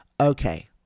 okay